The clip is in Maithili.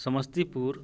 समस्तीपुर